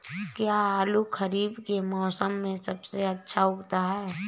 क्या आलू खरीफ के मौसम में सबसे अच्छा उगता है?